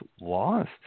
lost